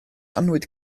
annwyd